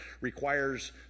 requires